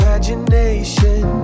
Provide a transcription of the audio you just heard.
Imagination